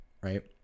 right